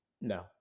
No